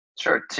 Sure